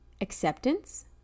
acceptance